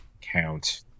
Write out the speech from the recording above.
count